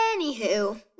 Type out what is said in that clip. Anywho